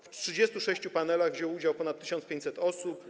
W 36 panelach wzięło udział ponad 1500 osób.